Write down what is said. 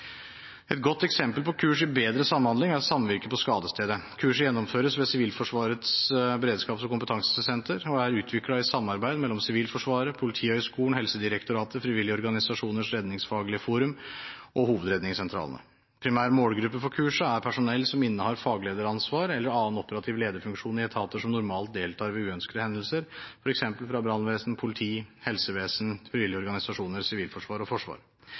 Et godt eksempel på kurs i bedre samhandling er samvirke på skadestedet. Kurset gjennomføres ved Sivilforsvarets beredskaps- og kompetansesenter og er utviklet i samarbeid mellom Sivilforsvaret, Politihøgskolen, Helsedirektoratet og Frivillige Organisasjoners Redningsfaglige Forum og hovedredningssentralene. Primær målgruppe for kurset er personell som innehar faglederansvar eller annen operativ lederfunksjon i etater som normalt deltar ved uønskede hendelser, f.eks. fra brannvesen, politi, helsevesen, frivillige organisasjoner, Sivilforsvaret og